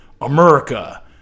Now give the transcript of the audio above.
America